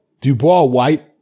Dubois-White